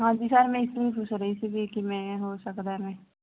ਹਾਂਜੀ ਸਰ ਮੈਂ ਇਸ ਨੂੰ ਪੁੱਛ ਰਹੀ ਸੀ ਕਿ ਮੈਂ ਹੋ ਸਕਦਾ